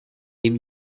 ihm